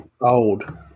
old